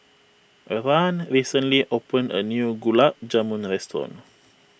Rahn recently opened a new Gulab Jamun restaurant